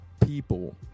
people